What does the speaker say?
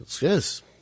Yes